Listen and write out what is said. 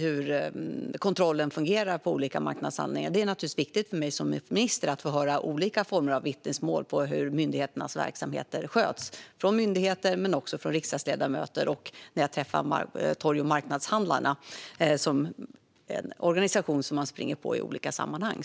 hur kontrollen fungerar vid olika marknader. Det är naturligtvis viktigt för mig som minister att få höra olika vittnesmål om hur myndigheternas verksamheter sköts, både från myndigheter och från riksdagsledamöter och även när jag träffar Torg och Marknadshandlarna, en organisation som man springer på i olika sammanhang.